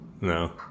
no